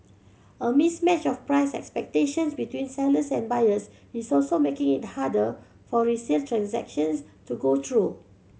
a mismatch of price expectations between sellers and buyers is also making it harder for resale transactions to go through